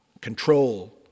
control